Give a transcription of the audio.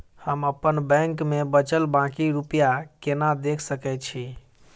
हम अप्पन बैंक मे बचल बाकी रुपया केना देख सकय छी?